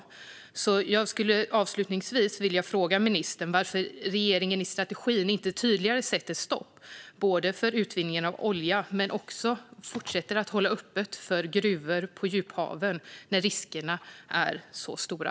Avslutningsvis skulle jag vilja fråga ministern varför regeringen i strategin inte tydligare sätter stopp för utvinning av olja och varför man fortsätter att hålla öppet för gruvor i djuphaven när riskerna är så stora.